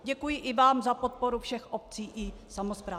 Děkuji i vám za podporu všech obcí i samospráv.